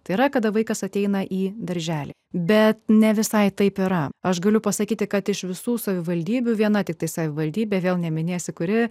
tai yra kada vaikas ateina į darželį bet ne visai taip yra aš galiu pasakyti kad iš visų savivaldybių viena tiktai savivaldybė vėl neminėsi kuri